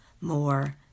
more